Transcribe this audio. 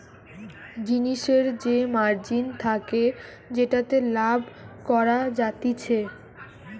জিনিসের যে মার্জিন থাকে যেটাতে লাভ করা যাতিছে